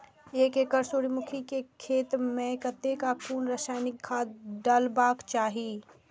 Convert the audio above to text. एक एकड़ सूर्यमुखी केय खेत मेय कतेक आ कुन रासायनिक खाद डलबाक चाहि?